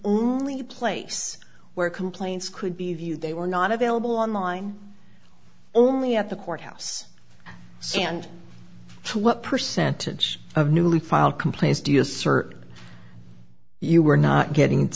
only place where complaints could be viewed they were not available online only at the courthouse sand what percentage of newly filed complaints do you assert you were not getting th